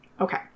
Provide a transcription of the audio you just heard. Okay